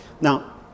Now